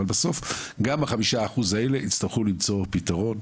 אבל בסוף גם ה-5% האלה יצטרכו למצוא פתרון,